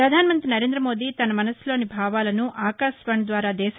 ప్రధానమంతి నరేందమోదీ తన మనస్పులోని భావాలను ఆకాశవాణి ద్వారా దేశ ని